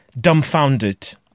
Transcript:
dumbfounded